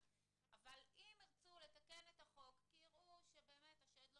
אם ירצו לתקן את החוק כי יראו שהשד לא